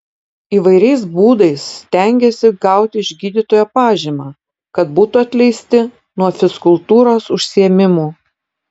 įvairiais būdais stengiasi gauti iš gydytojo pažymą kad būtų atleisti nuo fizkultūros užsiėmimų